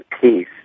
peace